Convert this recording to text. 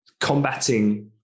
combating